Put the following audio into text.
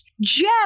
Jeff